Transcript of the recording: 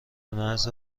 مرز